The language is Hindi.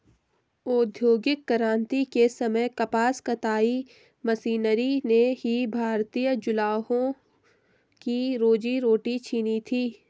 औद्योगिक क्रांति के समय कपास कताई मशीनरी ने ही भारतीय जुलाहों की रोजी रोटी छिनी थी